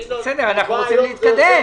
ינון, אנחנו רוצים להתקדם.